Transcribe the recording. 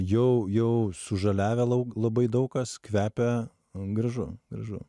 jau jau sužaliavę lau labai daug kas kvepia gražu gražu